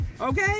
okay